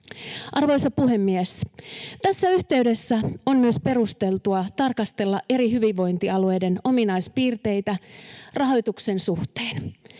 Arvoisa puhemies! Tässä yhteydessä on myös perusteltua tarkastella eri hyvinvointialueiden ominaispiirteitä rahoituksen suhteen.